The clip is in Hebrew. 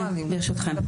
ברשותכם.